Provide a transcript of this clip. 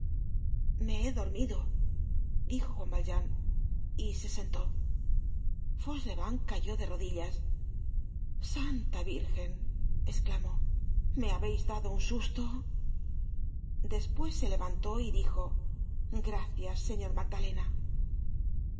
me he dormido dijo juan valjean y se sentó fauchelevent cayó de rodillas santa virgen esclamó me habeis dado un susto despues se levantó y dijo gracias señor magdalena